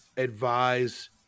advise